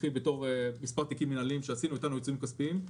שהתחילו בתור מספר תיקים מנהליים שעשינו והטלנו עיצומים כספיים.